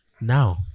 now